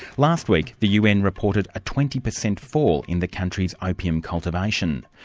last week, the un reported a twenty percent fall in the country's opium cultivation.